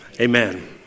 amen